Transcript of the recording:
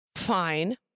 fine